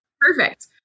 Perfect